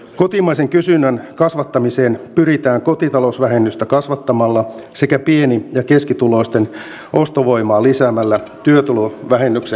kotimaisen kysynnän kasvattamiseen pyritään kotitalousvähennystä kasvattamalla sekä pieni ja keskituloisten ostovoimaa lisäämällä työtulovähennyksen kautta